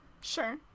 Sure